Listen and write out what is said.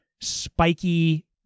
spiky